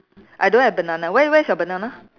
I don't have banana where where is your banana